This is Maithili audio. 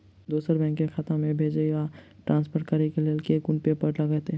दोसर बैंक केँ खाता मे भेजय वा ट्रान्सफर करै केँ लेल केँ कुन पेपर लागतै?